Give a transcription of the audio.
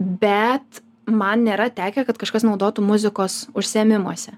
bet man nėra tekę kad kažkas naudotų muzikos užsiėmimuose